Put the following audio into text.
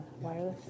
wireless